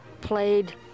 played